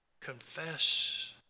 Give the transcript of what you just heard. Confess